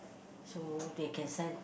so they can send